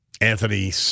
Anthony